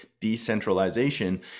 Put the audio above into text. decentralization